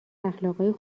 اخلاقای